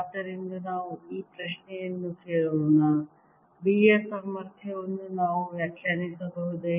ಆದ್ದರಿಂದ ನಾವು ಈ ಪ್ರಶ್ನೆಯನ್ನು ಕೇಳೋಣ B ಯ ಸಾಮರ್ಥ್ಯವನ್ನು ನಾವು ವ್ಯಾಖ್ಯಾನಿಸಬಹುದೇ